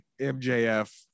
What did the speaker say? MJF